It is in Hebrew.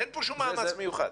אין כאן מאמץ מיוחד.